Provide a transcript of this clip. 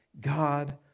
god